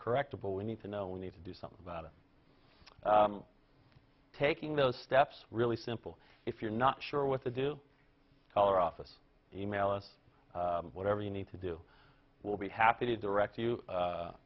correctable we need to know we need to do something about it taking those steps really simple if you're not sure what to do call or office e mail us whatever you need to do we'll be happy to direct you